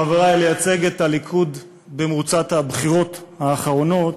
חברי, לייצג את הליכוד במרוצת הבחירות האחרונות